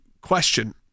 question –